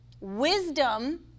Wisdom